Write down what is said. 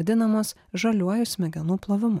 vadinamos žaliuoju smegenų plovimu